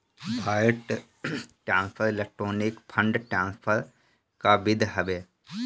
wire transfer electronic fund transfer कअ विधि हवे